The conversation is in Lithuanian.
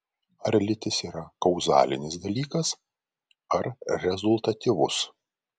ar lytis yra kauzalinis dalykas ar rezultatyvus